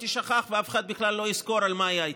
תישכח ואף אחד בכלל לא יזכור על מה היא הייתה.